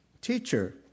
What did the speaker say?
Teacher